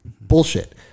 Bullshit